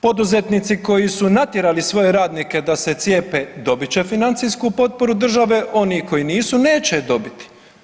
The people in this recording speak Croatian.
Poduzetnici koji su natjerali svoje radnike da se cijepe dobit će financijsku potporu države, oni koji nisu neće dobiti.